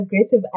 aggressive